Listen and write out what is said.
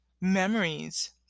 memories